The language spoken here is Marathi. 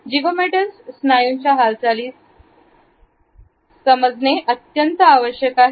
जिगो मेटल्स स्नायूंच्या हालचाली समजना अत्यंत आवश्यक आहे